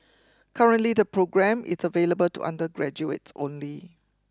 currently the programme is available to undergraduates only